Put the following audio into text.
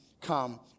come